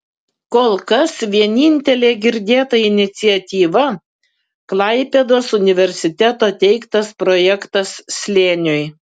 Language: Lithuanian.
kol kas vienintelė girdėta iniciatyva klaipėdos universiteto teiktas projektas slėniui